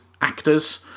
actors